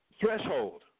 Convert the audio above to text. threshold